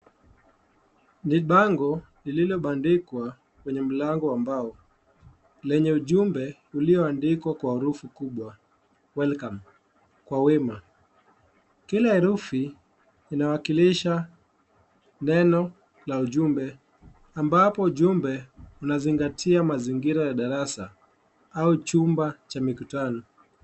Ni bango lililo bandikwa kwenye mlango wa mbao. Lenye ujumbe ulioandikwa kwa herufi kubwa welcome kwa wema. Kila herufi inawakilisha neno la ujumbe. Ambapo ujumbe unazingatia mazingira ya darasa au chumba cha mikutano.